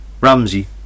Ramsey